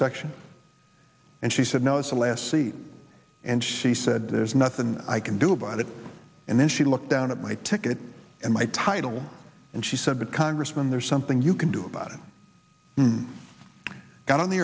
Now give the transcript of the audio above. section and she said no it's the last seat and she said there's nothing i can do about it and then she looked down at my ticket and my title and she said but congressman there's something you can do about it got on the